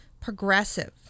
progressive